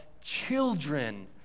children